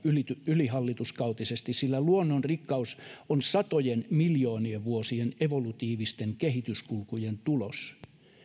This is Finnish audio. ylihallituskautisesti sillä luonnon rikkaus on satojen miljoonien vuosien evolutiivisten kehityskulkujen tulos